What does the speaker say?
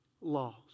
laws